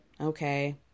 Okay